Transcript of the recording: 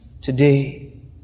today